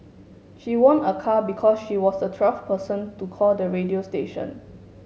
she won a car because she was the twelfth person to call the radio station